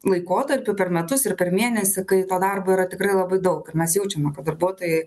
laikotarpių per metus ir per mėnesį kai to darbo yra tikrai labai daug ir mes jaučiame kad darbuotojai